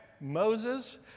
Moses